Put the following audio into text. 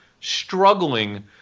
struggling